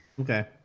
okay